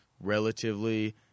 relatively